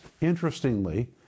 interestingly